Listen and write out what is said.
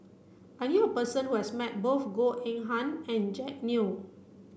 I knew a person who has met both Goh Eng Han and Jack Neo